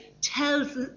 tells